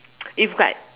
if like